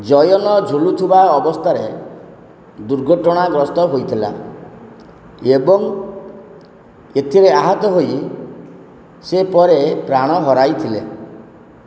join ଝୁଲୁଥିବା ଅବସ୍ଥାରେ ଦୁର୍ଘଟଣାଗ୍ରସ୍ତ ହୋଇଥିଲା ଏବଂ ଏଥିରେ ଆହତ ହୋଇ ସେ ପରେ ପ୍ରାଣ ହରାଇଥିଲେ